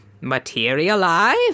materialize